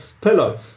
pillow